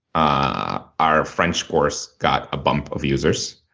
ah our french course got a bump of users